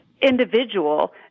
individual